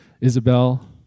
Isabel